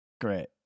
great